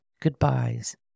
goodbyes